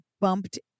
bumped